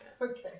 Okay